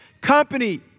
company